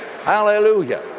Hallelujah